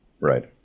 Right